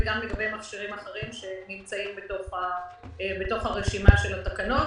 וגם לגבי מכשירים אחרים שנמצאים ברשימה שיש בתקנות.